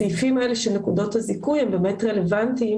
הסעיפים האלה של נקודות הזיכוי הם באמת רלוונטיים